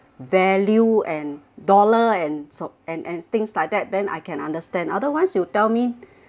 value and dollar and so and and things like that then I can understand otherwise you tell me